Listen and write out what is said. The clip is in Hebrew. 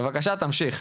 בבקשה, תמשיך.